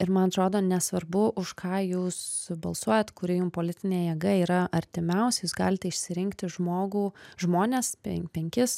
ir man atrodo nesvarbu už ką jūs jūs balsuojat kuri jum politinė jėga yra artimiausia jūs galite išsirinkti žmogų žmones penkis